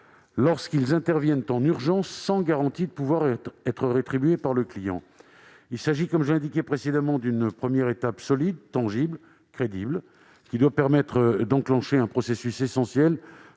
lorsqu'ils interviennent en urgence, sans garantie de pouvoir être rétribués par le client. Il s'agit, j'y insiste, d'une première étape solide, tangible, crédible, qui doit permettre d'enclencher un processus essentiel